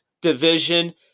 division